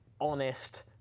honest